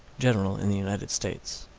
general in the united states.